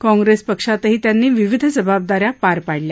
कांप्रेस पक्षातही त्यांनी विविध जबाबदाऱ्या पार पाडल्या